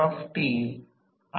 I0 sin ∅ 0 मिळेल